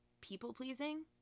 people-pleasing